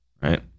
right